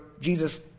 Jesus